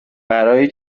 برای